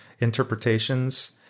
interpretations